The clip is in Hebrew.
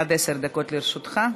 עד עשר דקות לרשותך.